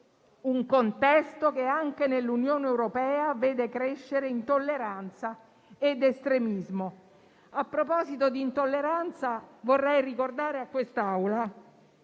un contesto che anche nell'Unione europea vede crescere intolleranza ed estremismo. A proposito di intolleranza, vorrei ricordare a quest'Aula